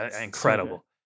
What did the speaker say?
incredible